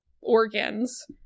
organs